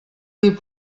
dir